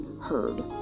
heard